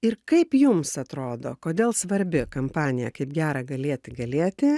ir kaip jums atrodo kodėl svarbi kampanija kaip gera galėti galėti